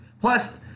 plus